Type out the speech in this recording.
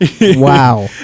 Wow